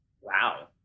Wow